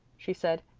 she said.